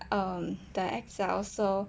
um the excel so